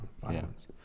violence